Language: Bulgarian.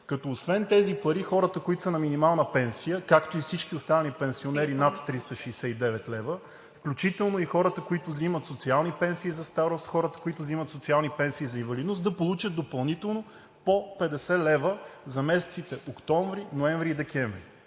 като освен тези пари хората, които са на минимална пенсия, както и всички останали пенсионери над 369 лв., включително и хората, които взимат социални пенсии за старост, хората, които взимат социални пенсии за инвалидност, да получат допълнително по 50 лв. за месеците октомври, ноември и декември.